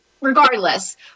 regardless